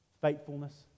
Faithfulness